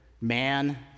man